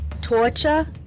torture